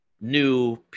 new